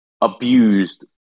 abused